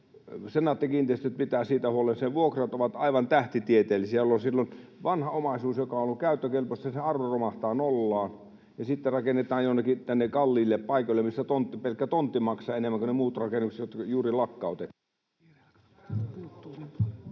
Senaatti-kiinteistöt pitää huolen, että sen vuokrat ovat aivan tähtitieteellisiä, jolloin vanhan omaisuuden, joka on ollut käyttökelpoista, arvo romahtaa nollaan. Sitten rakennetaan jonnekin tänne kalliille paikoille, missä pelkkä tontti maksaa enemmän kuin ne muut rakennukset, jotka juuri lakkautettiin.